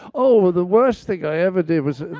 oh, the worst thing i ever did was,